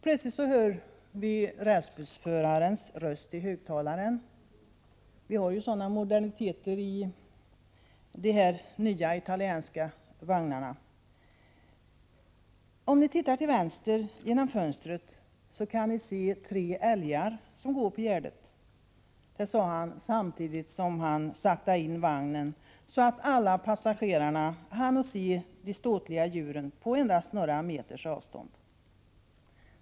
Plötsligt hörde vi rälsbussförarens röst i högtalaren — vi har ju sådana moderniteter i de nya italienska vagnarna: Om ni tittar till vänster genom fönstret kan ni se tre älgar som går på gärdet. Det sade han samtidigt som han saktade in vagnen, så att alla passagerarna hann se de ståtliga djuren på endast några meters avstånd.